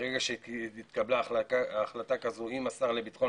ברגע שהתקבלה החלטה כזו עם השר לביטחון